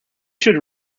should